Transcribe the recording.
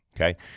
Okay